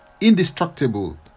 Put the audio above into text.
indestructible